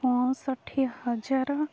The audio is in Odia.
ପଁଷଠି ହଜାର